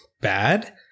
bad